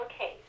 Okay